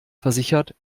versichert